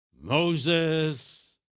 Moses